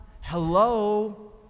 hello